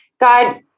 God